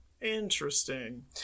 Interesting